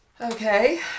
Okay